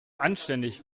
anständig